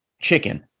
chicken